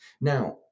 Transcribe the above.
Now